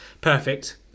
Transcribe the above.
perfect